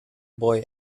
boy